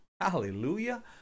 Hallelujah